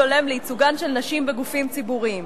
הולם לייצוגן של נשים בגופים ציבוריים,